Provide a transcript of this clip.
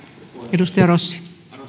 arvoisa rouva puhemies